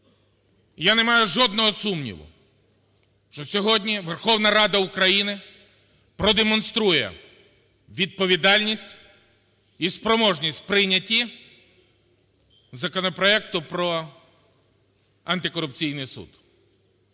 Я не маю жодного сумніву, що сьогодні Верховна Рада України продемонструє відповідальність і спроможність в прийнятті законопроекту про антикорупційний суд.